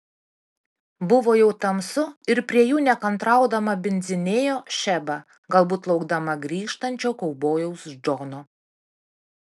buvo jau tamsu ir prie jų nekantraudama bindzinėjo šeba galbūt laukdama grįžtančio kaubojaus džono